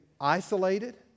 isolated